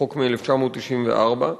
חוק מ-1994,